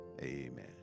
amen